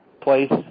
place